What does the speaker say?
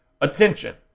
attention